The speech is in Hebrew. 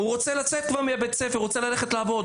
הוא רוצה לצאת מבית-הספר, רוצה ללכת לעבוד.